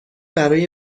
برای